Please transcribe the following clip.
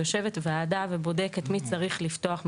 יושבת וועדה ובודקת מי צריך לפתוח,